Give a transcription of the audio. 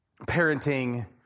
parenting